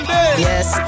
Yes